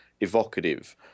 evocative